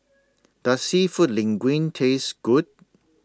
Does Seafood Linguine Taste Good